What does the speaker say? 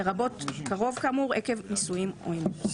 לרבות קרוב כאמור עקב נישואין או אימוץ."